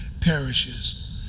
perishes